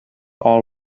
all